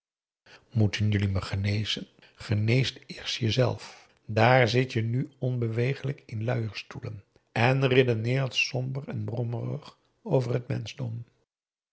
jullie me genezen geneest eerst je zelf daar zit je nu onbeweeglijk in luierdstoelen en redeneert somber en brommerig over het